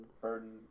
Burden